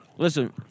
Listen